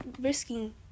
risking